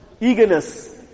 eagerness